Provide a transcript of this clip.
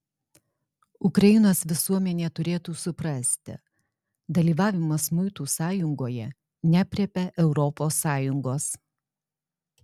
ukrainos visuomenė turėtų suprasti dalyvavimas muitų sąjungoje neaprėpia europos sąjungos